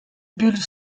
bulle